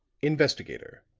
investigator,